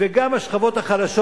וגם השכבות החלשות,